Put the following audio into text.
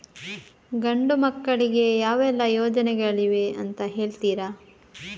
ಗಂಡು ಮಕ್ಕಳಿಗೆ ಯಾವೆಲ್ಲಾ ಯೋಜನೆಗಳಿವೆ ಅಂತ ಹೇಳ್ತೀರಾ?